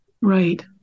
Right